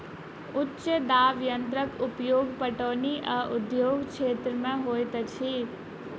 उच्च दाब यंत्रक उपयोग पटौनी आ उद्योग क्षेत्र में होइत अछि